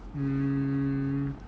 mm